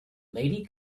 lady